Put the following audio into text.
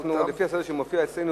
לפי הסדר שמופיע אצלנו,